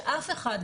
שאף אחד,